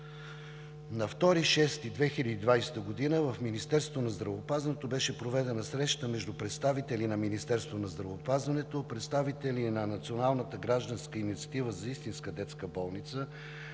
На 2 юни 2020 г. в Министерството на здравеопазването беше проведена среща между представители на Министерството на здравеопазването, представители на Националната гражданска инициатива за истинска детска болница,